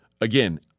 Again